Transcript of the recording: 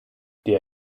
der